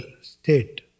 state